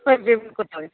তোমায় পেমেন্ট করতে হবে